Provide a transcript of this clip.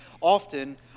often